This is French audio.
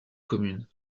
communes